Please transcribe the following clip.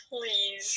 Please